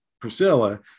Priscilla